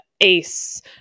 ACE